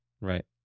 Right